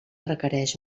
requereix